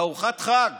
ארוחת החג